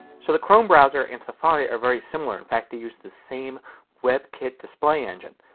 so the chrome browser and safari are very similar. in fact they use the same web kit display engine.